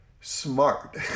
Smart